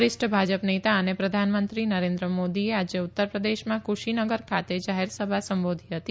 વરિષ્ઠ ભાજપ નેતા અને પ્રધાનમંત્રી શ્રી નરેન્દ્ર મોદીએ આજે ઉત્તર પ્રદેશમાં કુશીનગર ખાતે જાહેર સભા સંબોધી હતી